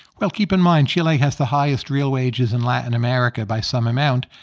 well, keep in mind chile has the highest real wages in latin america by some amount,